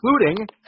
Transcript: including